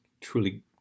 truly